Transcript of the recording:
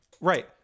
Right